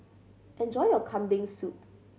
enjoy your Kambing Soup